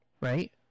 right